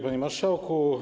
Panie Marszałku!